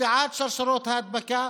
קטיעת שרשראות ההדבקה,